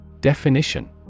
Definition